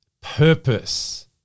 purpose